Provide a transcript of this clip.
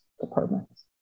departments